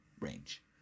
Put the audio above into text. range